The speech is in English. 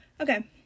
okay